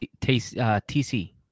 TC